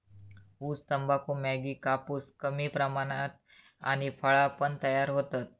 ऊस, तंबाखू, मॅगी, कापूस कमी प्रमाणात आणि फळा पण तयार होतत